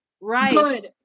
Right